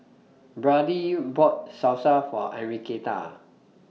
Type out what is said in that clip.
Brady bought Salsa For Enriqueta